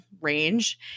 range